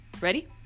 Ready